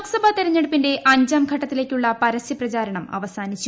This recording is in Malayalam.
ലോക്സഭാ തെരഞ്ഞെടുപ്പിന്റെ അഞ്ചാംഘട്ടത്തിലേ ക്കുള്ള പരസ്യപ്രചാരണം അവസാനിച്ചു